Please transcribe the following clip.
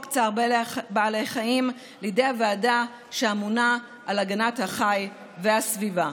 צער בעלי חיים לידי הוועדה שאמונה על הגנת החי והסביבה,